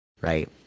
right